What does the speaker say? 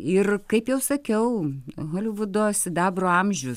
ir kaip jau sakiau holivudo sidabro amžius